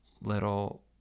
little